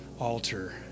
altar